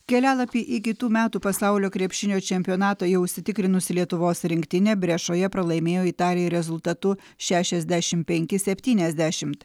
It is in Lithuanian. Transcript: kelialapį į kitų metų pasaulio krepšinio čempionatą jau užsitikrinusi lietuvos rinktinė brešoje pralaimėjo italijai rezultatu šešiasdešimt penki septyniasdešimt